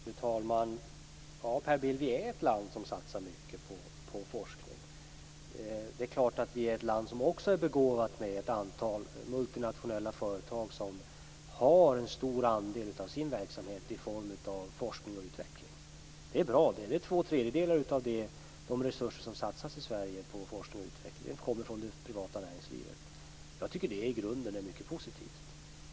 Fru talman! Sverige är ett land som satsar mycket på forskning, Per Bill. Det är klart att Sverige är ett land som också är begåvat med ett antal multinationella företag som har en stor andel av sin verksamhet i form av forskning och utveckling. Det är bra. 2/3 av de resurser som satsas på forskning och utveckling i Sverige kommer från det privata näringslivet. Jag tycker att det i grunden är mycket positivt.